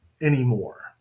anymore